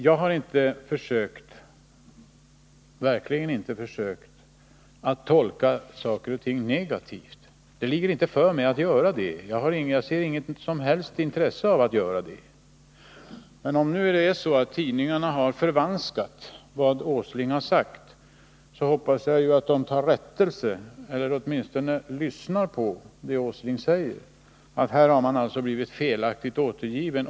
Jag har verkligen inte försökt att tolka saker och ting negativt, det ligger inte för mig. Jag ser inte att det finns något som helst intresse av att göra detta. Men om det nu är så, att tidningarna har förvanskat vad Nils Åsling har sagt, hoppas jag att de tar rättelse eller åtminstone lyssnar på vad Nils Åsling säger. Här har alltså Nils Åsling blivit felaktigt refererad.